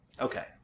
Okay